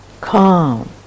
calm